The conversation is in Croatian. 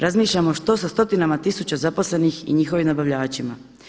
Razmišljamo što sa stotinama tisuća zaposlenih i njihovih nabavljačima.